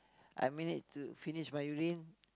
I manage to finish my urine